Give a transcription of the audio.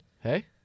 Hey